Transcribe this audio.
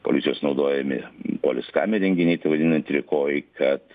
policijos naudojami polis kam įrenginiai tai vadinanami trikojai kad